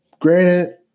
Granted